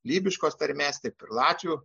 lybiškos tarmės taip ir latvių